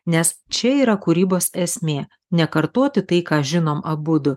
nes čia yra kūrybos esmė nekartoti tai ką žinom abudu